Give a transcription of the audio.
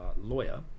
lawyer